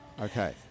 okay